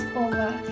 over